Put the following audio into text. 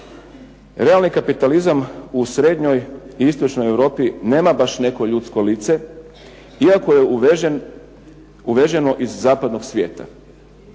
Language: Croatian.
Realni kapitalizam u srednjoj i istočnoj Europi nema baš neko ljudsko lice iako je uveženo iz zapadnog svijeta.